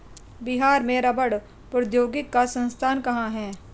बिहार में रबड़ प्रौद्योगिकी का संस्थान कहाँ है?